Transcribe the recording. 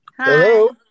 Hello